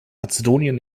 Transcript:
mazedonien